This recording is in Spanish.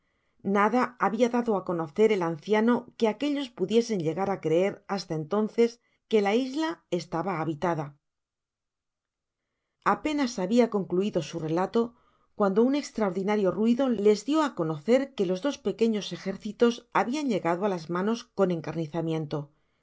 nada habia dado á conocer al anciano que aquellos pudiesen llegar á creer hasta entonces que la isla estaba habitada apenas habia concluido su relato cuando un estoaor dinario ruido les dio á conocer que los dos pequeños ejercitos habian llegado á las manos con encarnizamiento el